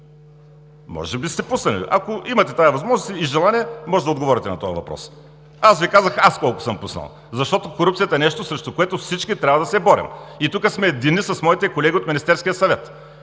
Може би сте пуснали. Ако имате тази възможност и желание, може да отговорите на този въпрос. Казах Ви аз колко съм пуснал. Защото корупцията е нещо, срещу което всички трябва да се борим. И тук сме единни с моите колеги от Министерския съвет